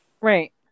Right